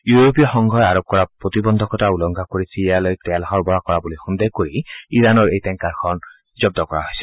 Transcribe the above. ইউৰোপীয় সংঘই আৰোপ কৰা প্ৰতিবন্ধকতা উলংঘা কৰি ছিৰিয়ালৈ তেল সৰবৰাহ কৰা বুলি সন্দেহ কৰি ইৰাণৰ এই টেংকাৰখন জব্দ কৰা হৈছিল